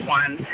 one